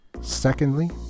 Secondly